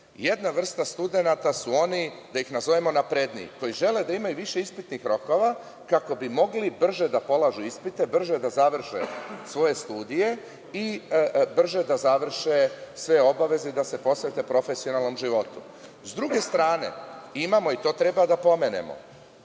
jedna vrsta studenata su oni, da ih nazovemo napredniji, koji žele da imaju više ispitnih rokova kako bi mogli brže da polažu ispite, brže da završe svoje studije i brže da završe sve obaveze i da se posvete profesionalnom životu.S druge strane, imamo i to treba da pomenemo